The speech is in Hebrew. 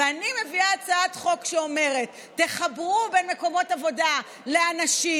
ואני מביאה הצעת חוק שאומרת: תחברו בין מקומות עבודה לאנשים,